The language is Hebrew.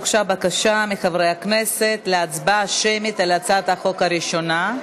הוגשה בקשה של חברי הכנסת להצבעה שמית על הצעת החוק הראשונה.